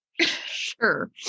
Sure